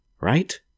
Right